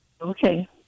Okay